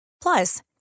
Plus